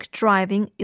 driving